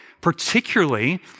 particularly